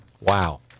Wow